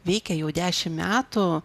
veikia jau dešim metų